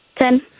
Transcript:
Ten